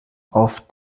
auf